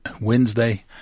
Wednesday